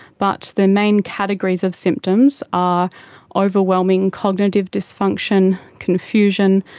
but the main categories of symptoms are overwhelming cognitive dysfunction, confusion,